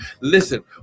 Listen